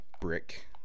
brick